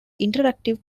interactive